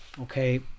okay